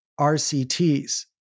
RCTs